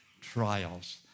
trials